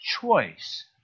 choice